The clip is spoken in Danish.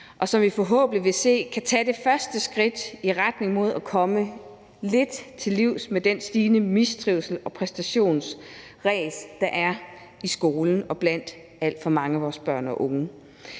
og som vi forhåbentlig vil se kan tage det første skridt i retning mod at komme den stigende mistrivsel og det præstationsræs, der er i skolen og blandt alt for mange af vores børn og unge,